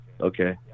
Okay